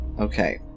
okay